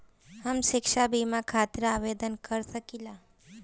हम शिक्षा बीमा खातिर आवेदन कर सकिला?